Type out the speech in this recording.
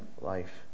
life